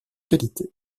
qualité